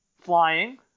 Flying